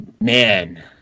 Man